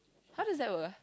how does that work